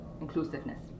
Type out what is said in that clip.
inclusiveness